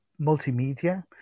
multimedia